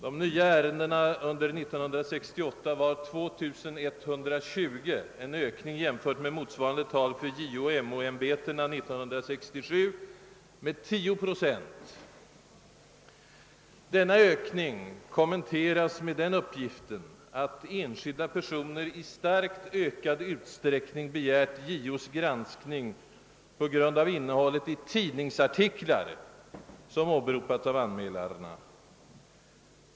De nya ärendena under 1968 var 2120, en ökning jämfört med motsvarande tal för JO och MO-ämbetena 1967 med 10 procent. Denna ökning kommenteras med den uppgiften att enskilda personer i starkt ökad utsträckning begärt JO:s granskning på grund av innehållet i tidningsartiklar, som åberopats av anmälarna.